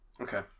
Okay